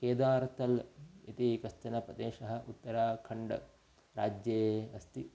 केदार्तल् इति कश्चन प्रदेशः उत्तराखण्ड् राज्ये अस्ति